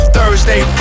Thursday